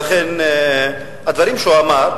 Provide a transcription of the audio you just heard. ולכן הדברים שהוא אמר,